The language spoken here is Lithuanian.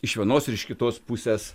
iš vienos ir iš kitos pusės